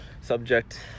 subject